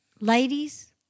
Ladies